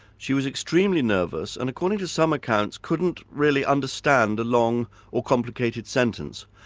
she was extremely nervous and according to some accounts, couldn't really understand a long or complicated sentence,